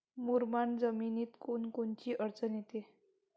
मुरमाड जमीनीत कोनकोनची अडचन येते?